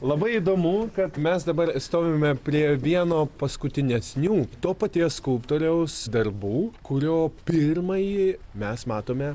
labai įdomu kad mes dabar stovime prie vieno paskutinesnių to paties skulptoriaus darbų kurio pirmąjį mes matome